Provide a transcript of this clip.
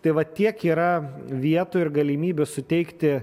tai va tiek yra vietų ir galimybių suteikti